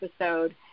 episode